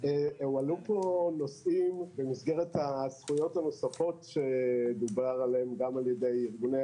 הועלו כאן נושאים במסגרת הזכויות הנוספות שדובר בהן גם על ידי ארגוני